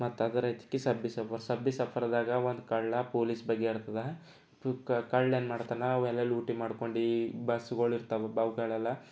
ಮತ್ತದರಾಗೆ ಕಿ ಸಬ್ಬಿ ಸಫರ್ ಸಬ್ಬಿ ಸಫರ್ದಾಗ ಒಂದು ಕಳ್ಳ ಪೋಲೀಸ್ ಬಗ್ಗೆ ಇರ್ತದೆ ತು ಕಳ್ಳ ಏನು ಮಾಡ್ತಾನೆ ಅವೆಲ್ಲ ಲೂಟಿ ಮಾಡ್ಕೊಂಡು ಬಸ್ಗಳು ಇರ್ತವೆ ಅವುಗಳೆಲ್ಲ